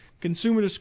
Consumer